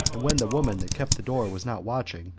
and when the woman that kept the door was not watching,